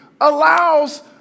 allows